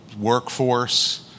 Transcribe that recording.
workforce